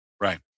Right